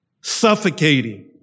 suffocating